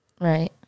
Right